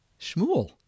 Shmuel